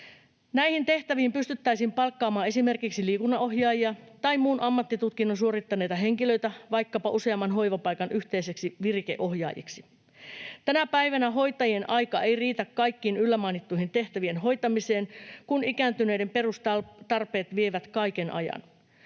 Näihin tehtäviin pystyttäisiin palkkaamaan esimerkiksi liikunnanohjaajia tai muun ammattitutkinnon suorittaneita henkilöitä, vaikkapa useamman hoivapaikan yhteiseksi virikeohjaajaksi. Tänä päivänä hoitajien aika ei riitä kaikkien yllä mainittujen tehtävien hoitamiseen, kun ikääntyneiden perustarpeet vievät kaiken ajan.